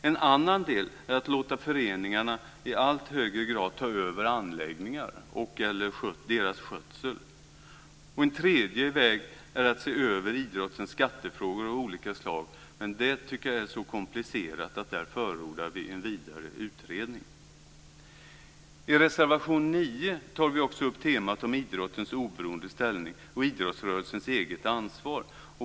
En annan del är att låta föreningarna i allt högre grad ta över anläggningar och/eller deras skötsel. En tredje väg är att se över idrottens skattefrågor av olika slag. Men det är så komplicerat att vi förordar en vidare utredning. I reservation 9 tar vi också upp temat om idrottens oberoende ställning och idrottsrörelsens eget ansvar.